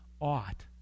ought